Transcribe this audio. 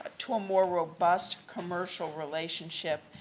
ah to a more robust commercial relationship,